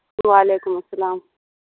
وعلیکم السلام